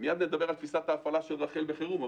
ומייד נדבר על תפיסת ההפעלה של רח"ל בחירום.